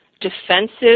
defensive